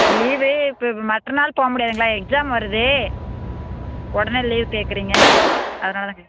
சரி லீவு இப்போ மற்ற நாள் போக முடியாதுங்களா எக்ஸாம் வருது உடனே லீவ் கேக்கிறீங்க அதனால் தான்